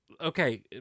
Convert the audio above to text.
okay